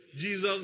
Jesus